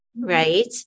Right